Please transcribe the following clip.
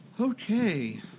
Okay